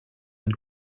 une